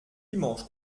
dimanche